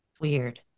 weird